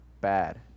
Bad